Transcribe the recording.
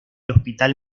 hospital